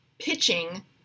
pitching